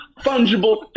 fungible